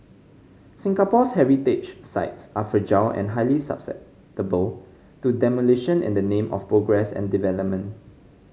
Singapore's heritage sites are fragile and highly susceptible to demolition in the name of progress and development